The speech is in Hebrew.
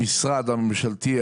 המשרד הממשלתי,